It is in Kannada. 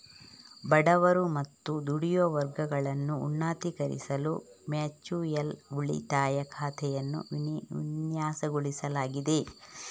ಬಡವರು ಮತ್ತು ದುಡಿಯುವ ವರ್ಗಗಳನ್ನು ಉನ್ನತೀಕರಿಸಲು ಮ್ಯೂಚುಯಲ್ ಉಳಿತಾಯ ಖಾತೆಯನ್ನು ವಿನ್ಯಾಸಗೊಳಿಸಲಾಗಿದೆ